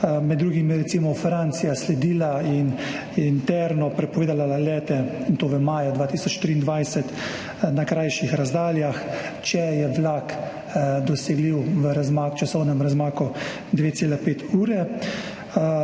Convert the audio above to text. Med drugim je, recimo, Francija sledila in interno prepovedala lete, in to v maju 2023, na krajših razdaljah, če je vlak dosegljiv v časovnem razmaku 2,5 ure,